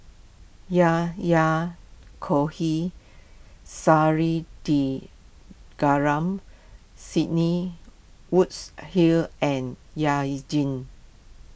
Yahya Cohen Sidney woods hill and Jin